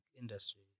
industry